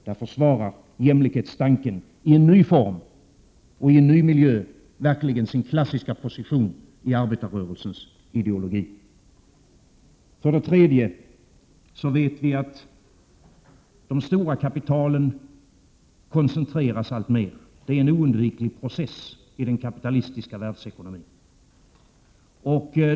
Där försvarar jämlikhetstanken i en ny form och i en ny miljö verkligen sin klassiska position i arbetarrörelsens ideologi. Därutöver vet vi att de stora kapitalen koncentreras alltmer. Det är en oundviklig process i den kapitalistiska världsekonomin.